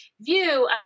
view